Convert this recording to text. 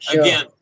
Again